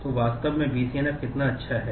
तो वास्तव में BCNF कितना अच्छा है